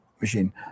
machine